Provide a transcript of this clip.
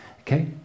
okay